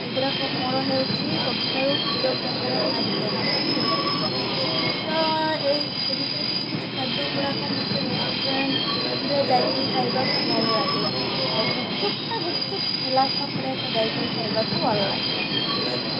ଏଗୁଡ଼ାକ ମୋର ହେଉଛି ସବୁଠାରୁ ପ୍ରିୟ ପ୍ରକାର ଖାଦ୍ୟ ହେଲେ କିଛି କିଛି ଜିନିଷ ଏଇ ଭିତରେ କିଛି କିଛି ଖାଦ୍ୟ ଗୁଡ଼ାକ ମୋତେ ରେଷ୍ଟୁରାଣ୍ଟରେ ଯାଇକରି ଖାଇବାକୁ ଭଲ ଲାଗେ ଆଉ ଗୁପ୍ଚପ୍ଟା ଗୁପ୍ଚୁପ୍ ଠେଲା ପାଖରେ ଏକ ଯାଇକରି ଖାଇବାକୁ ଭଲ ଲାଗେ ବେଶୀ